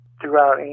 throughout